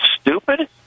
stupid